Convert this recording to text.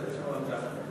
שאם היא שומעת אותנו כרגע,